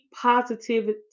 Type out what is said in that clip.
positivity